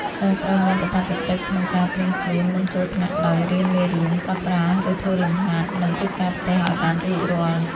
សិស្សត្រូវមានកាតព្វកិច្ចក្នុងការត្រៀមខ្លួនមុនចូលថ្នាក់ដោយ រៀនមេរៀន កត់ត្រាឫធ្វើលំហាត់និងកិច្ចការផ្ទះឱ្យបានរួចរាល់។